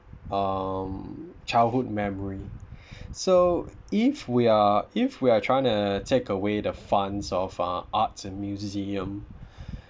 um childhood memory so if we are if we are trying to take away the funds of uh arts and museum